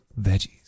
veggies